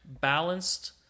balanced